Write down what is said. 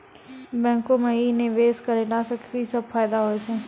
बैंको माई निवेश कराला से की सब फ़ायदा हो छै?